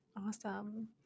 Awesome